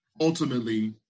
ultimately